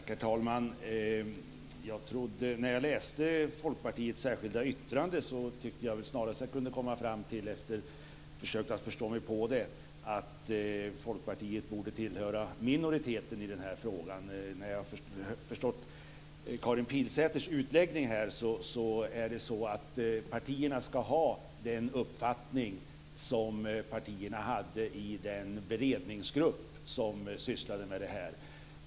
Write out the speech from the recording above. Herr talman! När jag läste Folkpartiets särskilda yttrande kom jag fram till, efter mina försök att förstå, att Folkpartiet borde tillhöra minoriteten i frågan. Jag har förstått av Karin Pilsäters utläggning att partierna ska ha den uppfattning som partierna hade i den beredningsgrupp som sysslade med detta.